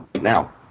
Now